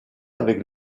avec